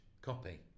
copy